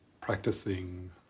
practicing